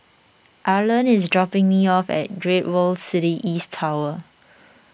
Arland is dropping me off at Great World City East Tower